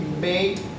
made